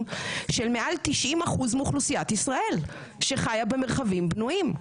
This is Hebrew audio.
של מעל 90% מאוכלוסיית ישראל שחיה במרחבים בנויים.